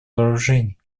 вооружений